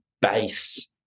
base